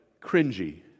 cringy